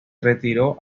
retiró